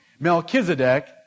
Melchizedek